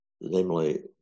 namely